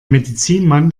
medizinmann